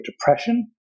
Depression